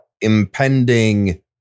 impending